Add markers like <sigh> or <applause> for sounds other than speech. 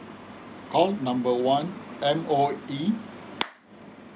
call number one M_O_E <noise>